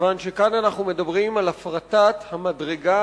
מכיוון שכאן אנחנו מדברים על הפרטת המדרגה